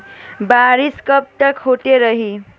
बरिस कबतक होते रही?